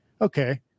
okay